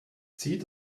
zieht